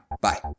Bye